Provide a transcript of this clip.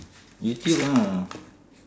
youtube ah